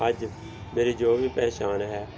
ਅੱਜ ਮੇਰੀ ਜੋ ਵੀ ਪਹਿਚਾਣ ਹੈ